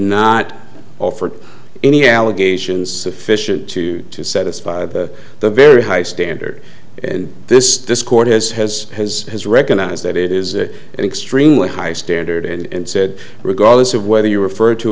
not offered any allegations sufficient to satisfy the the very high standard and this discord has has has has recognized that it is an extremely high standard and said regardless of whether you refer to